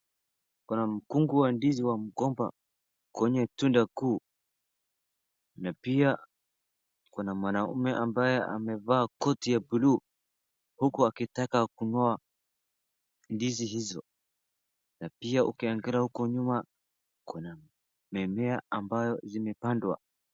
Kuna mkungu wa ndizi wa mkomba kwenye tunda kuu. Na pia kuna mwanaume ambaye amevaa koti ya blue huku akitaka kungoa ndizi hizo. Na pia ukiangalia huko nyuma kuna mimea ambayo zimepandwa.